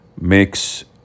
makes